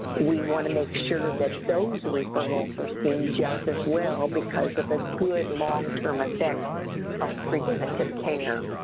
we want to make sure that those referrals are seen just as well because of the good long-term effects of preventative care.